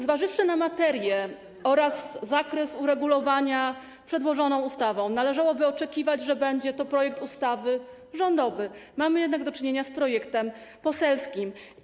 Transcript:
Zważywszy na materię oraz zakres uregulowania przedłożoną ustawą, należałoby oczekiwać, że będzie to projekt ustawy rządowy, mamy jednak do czynienia z projektem poselskim.